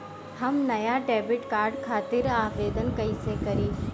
हम नया debit card खातिर आवेदन कईसे करी?